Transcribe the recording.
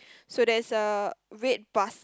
so there's a red bus